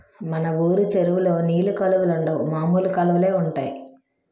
మన వూరు చెరువులో నీలి కలువలుండవు మామూలు కలువలే ఉంటాయి